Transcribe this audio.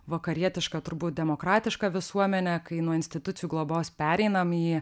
vakarietišką turbūt demokratišką visuomenę kai nuo institucijų globos pereinam į